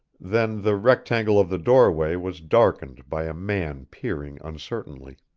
then the rectangle of the doorway was darkened by a man peering uncertainly.